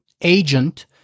agent